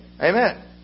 Amen